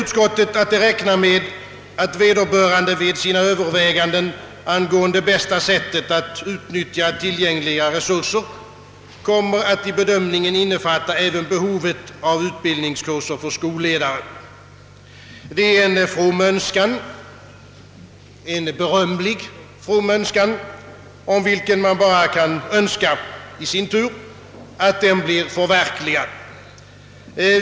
Utskottet räknar nu med »att vederbörande vid sina överväganden angående bästa sättet att utnyttja tillgängliga resurser kommer att i bedömningen innefatta även behovet av utbildningskurser för skolledare». Det är en berömlig, from önskan, om vilken man bara i sin tur kan önska att den blir förverkligad.